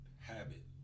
habit